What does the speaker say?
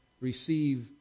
Receive